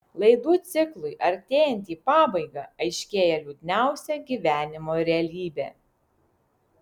laidų ciklui artėjant į pabaigą aiškėja liūdniausia gyvenimo realybė